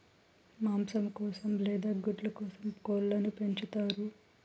మాంసం కోసం లేదా గుడ్ల కోసం కోళ్ళను పెంచుతారు